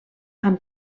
amb